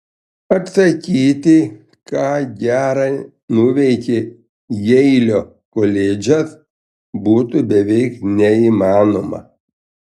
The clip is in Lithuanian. atsakyti ką gera nuveikė jeilio koledžas būtų beveik neįmanoma